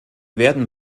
werden